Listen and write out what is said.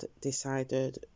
decided